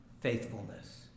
faithfulness